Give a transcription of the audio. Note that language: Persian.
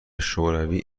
شوری